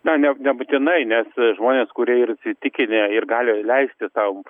na nebūtinai nes žmonės kurie ir įsitikinę ir gali leisti sau